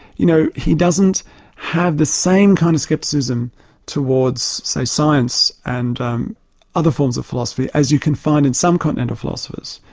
you know, he doesn't have the same kind of scepticism towards, say, science, and um other forms of philosophy, as you can find in some continental philosophers.